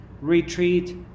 retreat